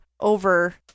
over